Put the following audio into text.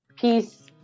peace